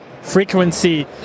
frequency